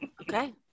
Okay